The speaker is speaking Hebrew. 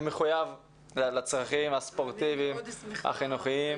אני מחויב לצרכים הספורטיביים החינוכיים.